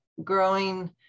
growing